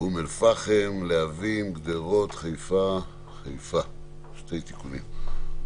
אום אל פאחם, להבים, גדרות וחיפה שני תיקונים.